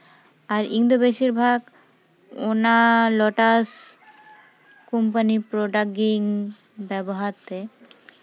ᱟᱨ ᱤᱧ ᱫᱚ ᱵᱮᱥᱤᱨ ᱵᱷᱟᱜᱽ ᱚᱱᱟ ᱞᱚᱴᱟᱥ ᱠᱳᱢᱯᱟᱱᱤ ᱯᱨᱚᱰᱟᱠᱴ ᱜᱮᱧ ᱵᱮᱵᱚᱦᱟᱨ ᱛᱮ